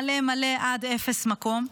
מלא, מלא עד אפס מקום.